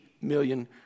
million